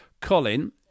Colin